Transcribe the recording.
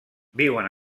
viuen